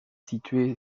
situé